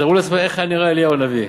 תתארו לעצמכם איך היה נראה אליהו הנביא,